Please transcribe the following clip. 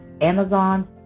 Amazon